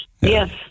Yes